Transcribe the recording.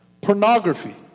pornography